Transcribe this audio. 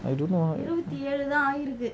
I don't know ah